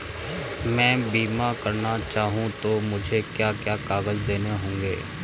मैं बीमा करना चाहूं तो मुझे क्या क्या कागज़ देने होंगे?